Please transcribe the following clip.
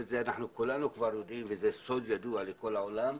וכולנו כבר יודעים וזה סוג ידוע לכל העולם,